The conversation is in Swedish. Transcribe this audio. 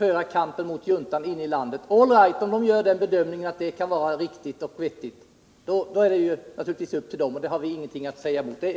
i kampen mot juntan, bör de få göra det. All right, om de gör den bedömningen att detta kan vara riktigt och vettigt är det naturligtvis bra.